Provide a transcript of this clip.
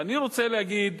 ואני רוצה להגיד,